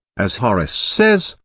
as horace says,